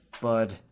bud